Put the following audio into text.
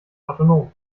autonom